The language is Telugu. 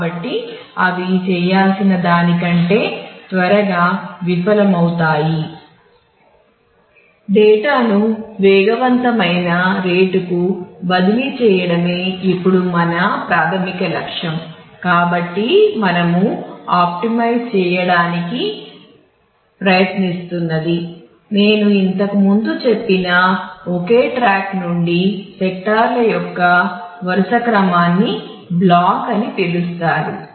కాబట్టి అవి చేయాల్సిన దానికంటే త్వరగా విఫలమవుతాయి